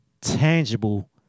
tangible